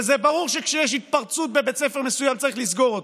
וזה ברור שכשיש התפרצות בבית ספר מסוים צריך לסגור אותו,